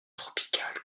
tropicale